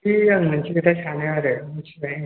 बिदि आं मोनसे खोथा सानो आरो मोनथिबाय नोंथां